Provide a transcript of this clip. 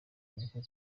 mureke